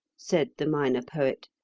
said the minor poet.